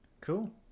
cool